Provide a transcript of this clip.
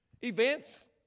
events